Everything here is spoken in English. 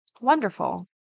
wonderful